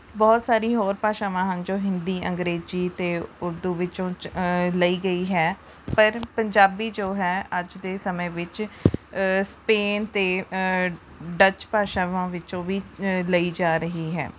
ਬਹੁਤ ਸਾਰੀ ਹੋਰ ਭਾਸ਼ਾਵਾਂ ਹਨ ਜੋ ਹਿੰਦੀ ਅੰਗਰੇਜ਼ੀ ਅਤੇ ਉਰਦੂ ਵਿੱਚੋਂ ਚ ਲਈ ਗਈ ਹੈ ਪਰ ਪੰਜਾਬੀ ਜੋ ਹੈ ਅੱਜ ਦੇ ਸਮੇਂ ਵਿੱਚ ਸਪੇਨ ਅਤੇ ਡੱਚ ਭਾਸ਼ਾਵਾਂ ਵਿੱਚੋਂ ਵੀ ਲਈ ਜਾ ਰਹੀ ਹੈ